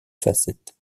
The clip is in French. facettes